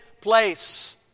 place